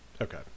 Okay